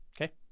okay